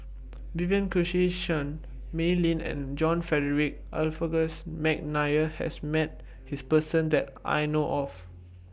Vivien Quahe Seah Mei Lin and John Frederick Adolphus Mcnair has Met This Person that I know of